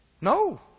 No